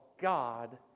God